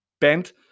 Bent